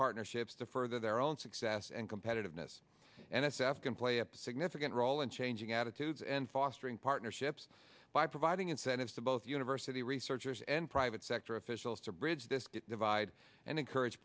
partnerships to further their own success and competitiveness n s f can play a significant role in changing attitudes and fostering partnerships by providing incentives to both university researchers and private sector officials to bridge this divide and encourage